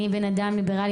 אני כבן אדם ליברלי,